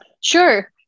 Sure